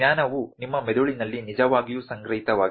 ಜ್ಞಾನವು ನಿಮ್ಮ ಮೆದುಳಿನಲ್ಲಿ ನಿಜವಾಗಿಯೂ ಸಂಗ್ರಹಿತವಾಗಿದೆ